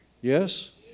Yes